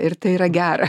ir tai yra gera